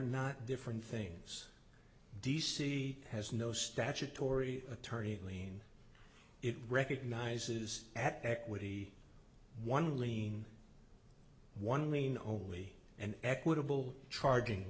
not different things d c has no statutory attorney clean it recognizes at equity one lean one mean only an equitable charging